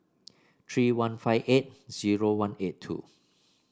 three one five eight zero one eight two